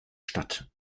statt